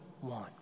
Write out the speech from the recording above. one